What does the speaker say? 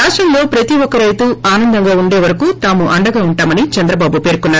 రాష్టంలో ప్రతీ ఒక్క రైతు ఆనందంగా వుండేవరకూ తాము అండగా వుంటామని చంద్రబాబు పేర్కొన్నారు